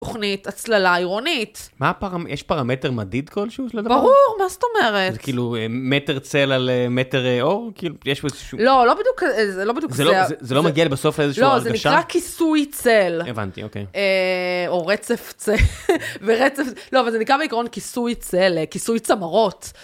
תוכנית הצללה עירונית. מה, יש פרמטר מדיד כלשהו? ברור, מה זאת אומרת. זה כאילו מטר צל על מטר אור? כאילו, יש בו איזשהו... לא, לא בדיוק כזה, לא בדיוק כזה. זה לא מגיע לבסוף לאיזושהי הרגשה? לא, זה נקרא כיסוי צל. הבנתי, אוקיי. או רצף צל. ורצף... לא, אבל זה נקרא בעקרון כיסוי צל, כיסוי צמרות.